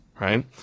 right